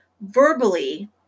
verbally